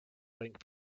link